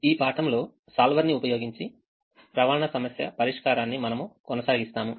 ఈ పాఠంలో సోల్వర్ ని ఉపయోగించి రవాణా సమస్య పరిష్కారాన్ని మనము కొనసాగిస్తాము